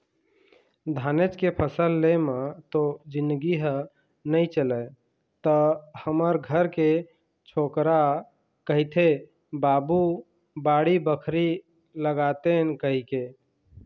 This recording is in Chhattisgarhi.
धानेच के फसल ले म तो जिनगी ह नइ चलय त हमर घर के छोकरा कहिथे बाबू बाड़ी बखरी लगातेन कहिके